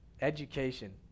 education